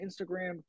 Instagram